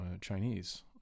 Chinese